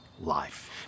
life